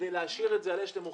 כדי להשאיר את זה על אש נמוכה.